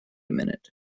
minute